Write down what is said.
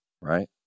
right